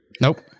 Nope